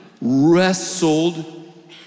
wrestled